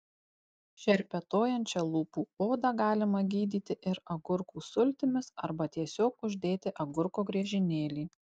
šerpetojančią lūpų odą galima gydyti ir agurkų sultimis arba tiesiog uždėti agurko griežinėlį